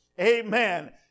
Amen